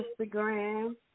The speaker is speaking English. Instagram